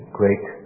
great